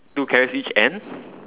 two carrots each and